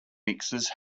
mixers